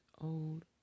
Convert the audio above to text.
old